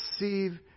Receive